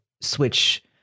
switch